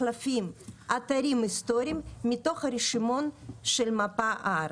מחלפים ואתרים היסטוריים מתוך הרשימון של מפת הארץ.